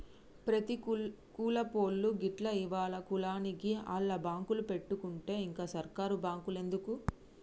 ప్రతి కులపోళ్లూ గిట్ల ఎవల కులానికి ఆళ్ల బాంకులు పెట్టుకుంటే ఇంక సర్కారు బాంకులెందుకు